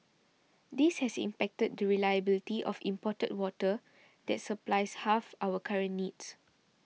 this has impacted the reliability of imported water that supplies half our current needs